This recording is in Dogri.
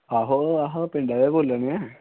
आहो अस पिंडा दा गै बोला ने आं